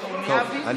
לוועדת החוץ והביטחון.